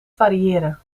variëren